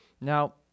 Now